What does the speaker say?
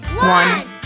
One